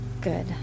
Good